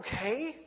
okay